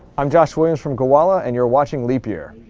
i'm josh williams from gowalla, and you're watching leap year.